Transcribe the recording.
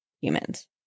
humans